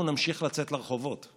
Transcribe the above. אנחנו נמשיך לצאת לרחובות,